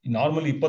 normally